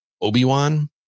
obi-wan